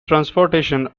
transportation